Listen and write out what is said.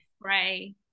pray